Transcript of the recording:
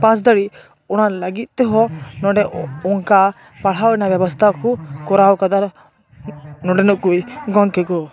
ᱯᱟᱥ ᱫᱟᱲᱤᱜ ᱚᱱᱟ ᱞᱟᱹᱜᱤᱫ ᱛᱮᱦᱚᱸ ᱱᱚᱰᱮ ᱚᱱᱠᱟ ᱯᱟᱲᱦᱟᱣ ᱨᱮᱱᱟᱜ ᱵᱮᱵᱚᱥᱛᱟ ᱠᱩ ᱠᱚᱨᱟᱣ ᱟᱠᱟᱫᱟ ᱱᱚᱸᱰᱮᱱ ᱠᱩ ᱜᱚᱝᱠᱮ ᱠᱩ